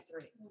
three